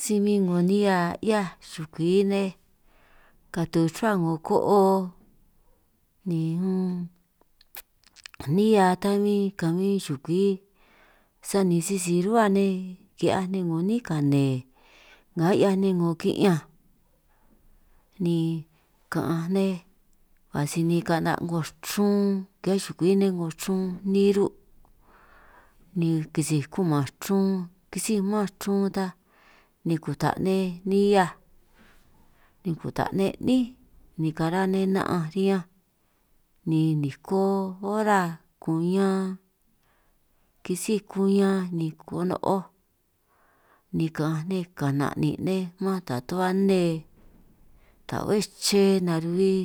Si bin 'ngo nihia 'hiaj xukwi nej katu ruhua 'ngo ko'o ni unn, nihia ta bin kahuin xukwi sani sisi ruhua nej ki'hiaj nej 'ngo 'nín kane nga 'hiaj nej 'ngo ki'ñanj ni ka'anj nej, ka' sinin ka'na' 'ngo chrun ki'hiaj xukwi nej 'ngo chrun niru', ni kisij kuman chrun kisíj man chrun ta ni kuta' nej nihiaj, ni kuta' nej 'nín ni kara nej na'anj riñanj, niko ora kuñan kisíj kuñan ni kono'oj, ni ka'anj nej kana'nin' nej man ta tu'hua nne ta be'é chre naruhui,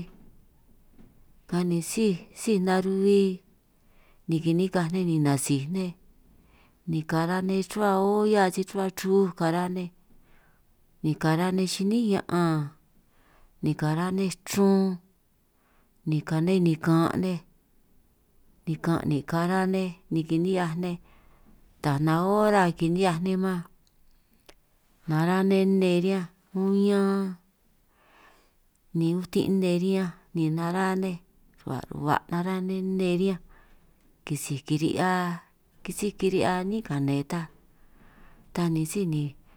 ka ni síj síj naruhui ni kinikaj nej ni nasij nej ni kara' nej ruhua olla si ruhua ruj kara nej, ni kara nej xi'nín ña'an ni kara' nej chrun ni kane nikan' nej nikan' ni kara nej ni kini'hiaj nej, ta nanj ora kini'hiaj man nara nej nne riñanj uñan ni utin' nne riñanj, ni nara nej ba' ba' nara' nej nne riñanj kisij kiri'hia kisí kiri'hia 'nín kane ta ni síj ni.